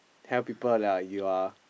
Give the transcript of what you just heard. tell people that you are